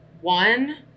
one